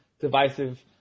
divisive